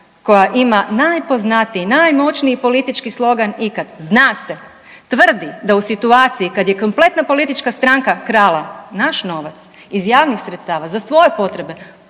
koja ima najpoznatiji i najmoćniji politički slogan ikad „Zna se“ tvrdi da u situaciji kad je kompletna politička stranka krala naš novac iz javnih sredstava za svoje potrebe